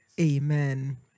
amen